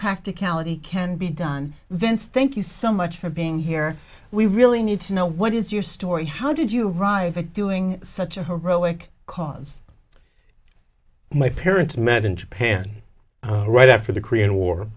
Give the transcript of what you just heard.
practicality can be done vince thank you so much for being here we really need to know what is your story how did you arrive at doing such a heroic because my parents met in japan right after the korean war